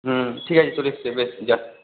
হুম ঠিক আছে চলে এসেছে বেশ যান